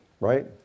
right